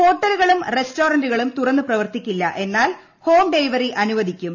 ഹോട്ടലുകളും റസ്റ്റോറന്റുകളും തുറന്ന് പ്രവർത്തിക്കില്ല എന്നാൽ ഹോം ഡെലിവറി അനുവദിക്കും